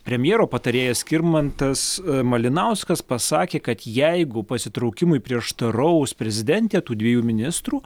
premjero patarėjas skirmantas malinauskas pasakė kad jeigu pasitraukimui prieštaraus prezidentė tų dviejų ministrų